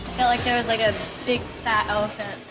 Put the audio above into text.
felt like there was like a big fat elephant